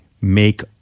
make